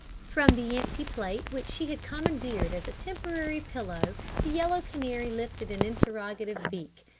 from the empty plate which she had commandeered as a temporary pillow the yellow canary lifted an interrogative beak.